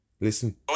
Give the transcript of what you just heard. Listen